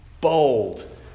bold